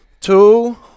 Two